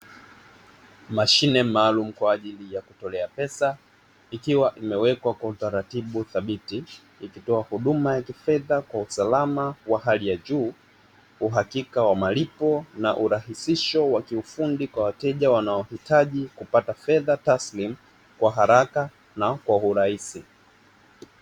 Mashine maalum kwa ajili ya kutolea pesa ikiwa imewekwa kwa utaratibu thabiti, ikitoa huduma ya kifedha kwa usalama wa hali ya juu uhakika wa malipo na urahisisho wa kiufundi kwa wateja wanaohitaji kupata fedha taslimu kwa haraka na kwa urahisi.